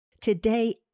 today